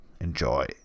Enjoy